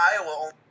Iowa